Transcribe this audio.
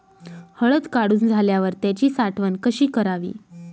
हळद काढून झाल्यावर त्याची साठवण कशी करावी?